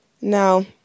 Now